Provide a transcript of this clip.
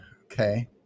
Okay